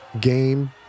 Game